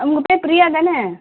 உங்கள் பேர் ப்ரியா தானே